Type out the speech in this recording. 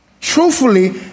Truthfully